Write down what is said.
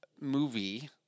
movie